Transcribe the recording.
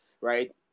right